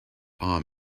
arm